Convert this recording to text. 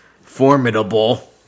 formidable